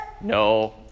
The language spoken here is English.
No